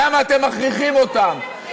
למה אתם מכריחים אותם?